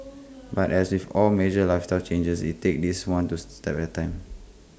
but as with all major lifestyle changes IT take this one to step at A time